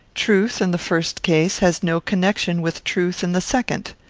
truth, in the first case, has no connection with truth in the second.